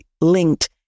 linked